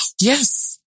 Yes